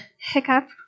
hiccup